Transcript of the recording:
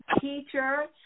teacher